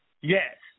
Yes